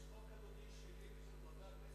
יש חוק שלי ושל חבר הכנסת